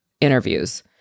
interviews